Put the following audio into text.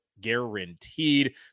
guaranteed